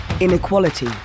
inequality